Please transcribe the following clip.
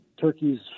Turkey's